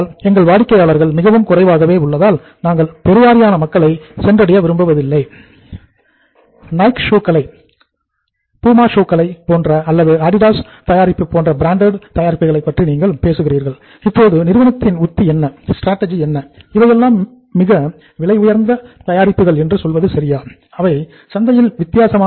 எங்கள் வாடிக்கையாளர்கள் மிகவும் குறைவாகவே உள்ளதால் நாங்கள் பெருவாரியான மக்களை சென்றடைய விரும்புவது இல்லை